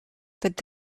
that